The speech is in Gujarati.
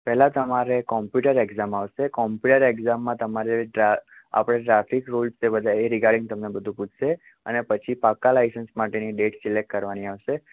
પહેલાં તમારે કોમ્પ્યુટર એક્જામ આવશે કોમ્પ્યુટર એક્ઝામમાં તમારે આપણે ટ્રાફિક રુલ્સ છે બધા એ રિગાર્ડિગ તમને બધું પૂછશે અને પછી પાક્કા લાઇસન્સ માટેની ડેટ સિલેક્ટ કરવાની આવશે